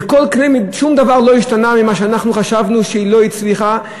שום דבר לא השתנה ממה שאנחנו חשבנו שבגללו היא לא הצליחה.